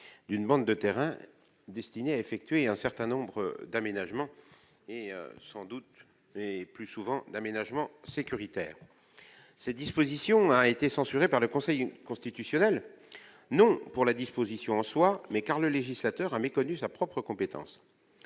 d'une bande de terrain afin d'y effectuer un certain nombre d'aménagements, le plus souvent d'ordre sécuritaire. Cette disposition a été censurée par le Conseil constitutionnel, non pour la disposition en elle-même, mais au motif que le législateur a méconnu sa propre compétence.